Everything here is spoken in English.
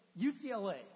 UCLA